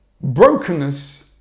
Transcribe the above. brokenness